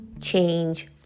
change